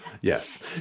Yes